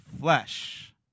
flesh